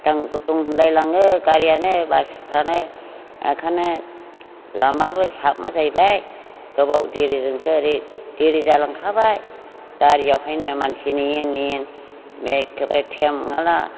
खाथां खुथुं होनलायलाङो गारियानो बासफ्रानो ओंखायनो लामाबो साबा जाहैबाय गोबाव देरिजोंसो ओरै देरि जालांखाबाय गारिया फैनाय मानसि नेयै नेयै बे एखेबारे थेमाला